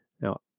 Now